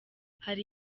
hari